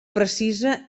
precisa